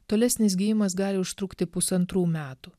tolesnis gijimas gali užtrukti pusantrų metų